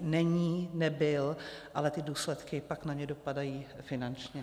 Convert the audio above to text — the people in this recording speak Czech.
není, nebyl, ale ty důsledky pak na ně dopadají finančně.